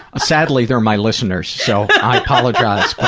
sadly, they're my listeners, so i apologize but